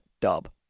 Dub